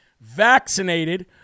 vaccinated